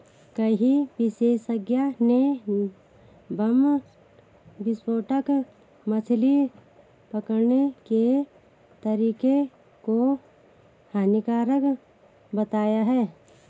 कई विशेषज्ञ ने बम विस्फोटक मछली पकड़ने के तरीके को हानिकारक बताया है